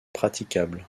praticable